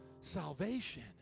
Salvation